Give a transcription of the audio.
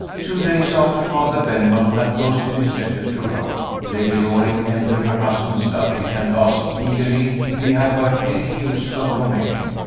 two days after father benwell had posted his letter to rome, lady loring entered her husband's study, and asked eagerly if he had heard any news of romayne.